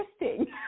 interesting